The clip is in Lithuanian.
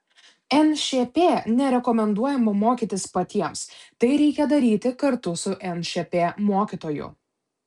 nšp nerekomenduojama mokytis patiems tai reikia daryti kartu su nšp mokytoju